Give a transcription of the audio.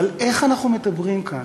אבל איך אנחנו מדברים כאן,